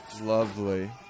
Lovely